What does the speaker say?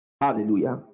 Hallelujah